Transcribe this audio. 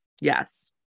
yes